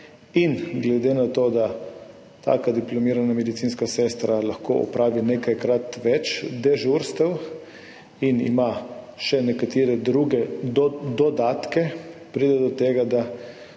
In glede na to, da taka diplomirana medicinska sestra lahko opravi nekajkrat več dežurstev in ima še nekatere druge dodatke, pride do tega, da